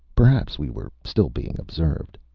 perhaps we were still being observed.